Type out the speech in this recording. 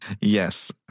Yes